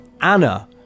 Anna